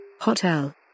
Hotel